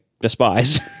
despise